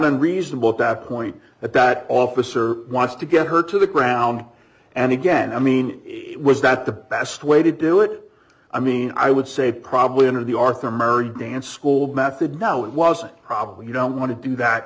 unreasonable that point at that officer wants to get her to the ground and again i mean was that the best way to do it i mean i would say probably under the arthur murray dance school method no it wasn't probably you don't want to do that